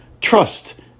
trust